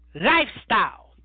lifestyle